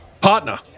partner